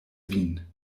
vin